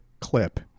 clip